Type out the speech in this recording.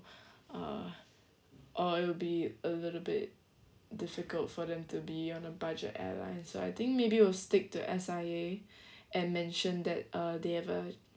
uh or it will be a little bit difficult for them to be on a budget airlines so I think maybe we'll stick to S_I_A and mention that uh they have a